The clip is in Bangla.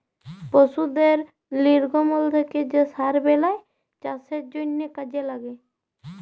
পশুদের লির্গমল থ্যাকে যে সার বেলায় চাষের জ্যনহে কাজে ল্যাগে